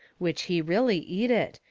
which he really eat it,